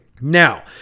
Now